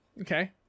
Okay